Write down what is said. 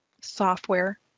software